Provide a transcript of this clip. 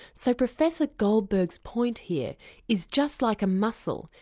so professor goldberg's point here is just like a muscle,